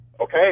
Okay